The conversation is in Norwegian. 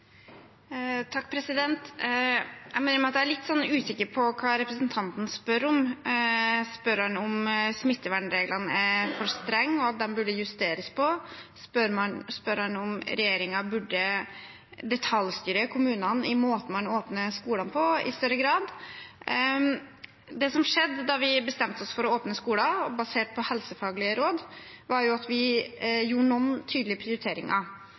Jeg må innrømme at jeg er litt usikker på hva representanten spør om. Spør han om smittevernreglene er for strenge og burde justeres på? Spør han om regjeringen i større grad burde detaljstyre kommunene i måten man åpner skolene på? Det som skjedde da vi bestemte oss for å åpne skolene, basert på helsefaglige råd, var at vi gjorde noen tydelige prioriteringer.